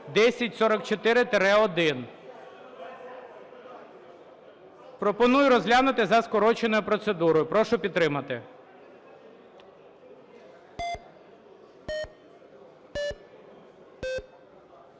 Пропоную розглянути за скороченою процедурою. Прошу підтримати.